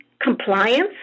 Compliance